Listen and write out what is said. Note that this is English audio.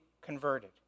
converted